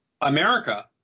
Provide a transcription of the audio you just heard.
America